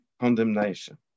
condemnation